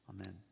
Amen